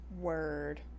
Word